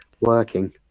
working